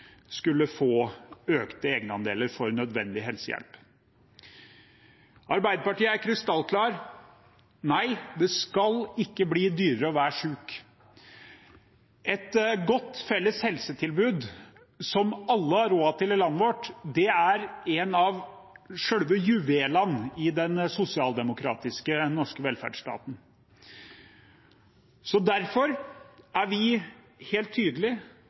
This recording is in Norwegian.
skulle få økte egenandeler for nødvendig helsehjelp. Arbeiderpartiet er krystallklar: Nei, det skal ikke bli dyrere å være sjuk. Et godt felles helsetilbud som alle har råd til i landet vårt, er en av juvelene i den sosialdemokratiske norske velferdsstaten. Derfor er vi helt